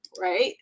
right